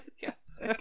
Yes